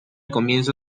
comienzo